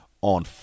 on